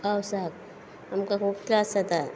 पावसांत आमकां खूब त्रास जाता